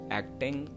acting